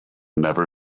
never